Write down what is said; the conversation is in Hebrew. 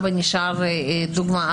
לדוגמה,